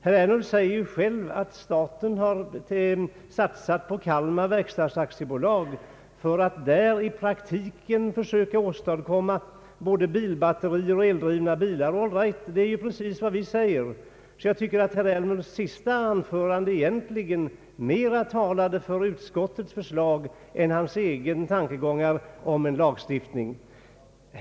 Herr Ernulf säger själv att staten har satsat på Kalmar Verkstads AB för att där försöka åstadkomma både bilbatterier och eldrivna bilar. Ja, det är precis vad vi säger, så jag tycker att herr Ernulf i sitt senaste anförande talade mer för utskottets förslag än för sin egen tankegång om lagstiftning.